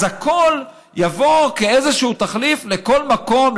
אז הכול יבוא כאיזשהו תחליף לכל מקום,